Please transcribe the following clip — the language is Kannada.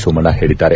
ಸೋಮಣ್ಣ ಹೇಳಿದ್ದಾರೆ